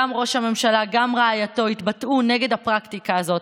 גם ראש המשלה וגם רעייתו התבטאו נגד הפרקטיקה הזאת.